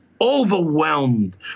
overwhelmed